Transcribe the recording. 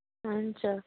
हुन्छ